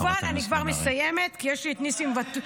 כמובן, אני כבר מסיימת, כי יש לי את ניסים ואטורי.